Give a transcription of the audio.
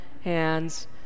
hands